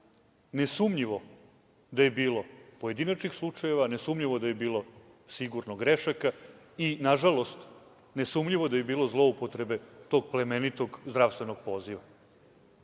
nesumnjivo da je bilo pojedinačnih slučajeva, nesumnjivo da je bilo sigurno grešaka i nažalost, nesumnjivo da je bilo zloupotrebe tog plemenitog zdravstvenog poziva.